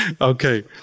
Okay